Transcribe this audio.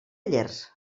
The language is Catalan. llers